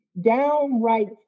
downright